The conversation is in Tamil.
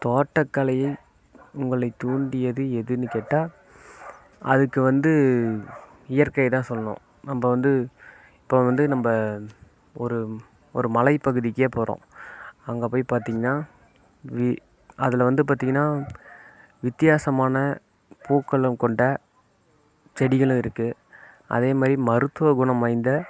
தோட்டக்கலையில் உங்களை தூண்டியது எதுன்னு கேட்டால் அதுக்கு வந்து இயற்கை தான் சொல்லணும் நம்ப வந்து இப்போது வந்து நம்ப ஒரு ஒரு மலை பகுதிக்கே போகிறோம் அங்கே போய் பார்த்திங்னா வீ அதில் வந்து பார்த்திங்னா வித்தியாசமான பூக்களும் கொண்ட செடிகளும் இருக்குது அதேமாதிரி மருத்துவ குணம் வாய்ந்த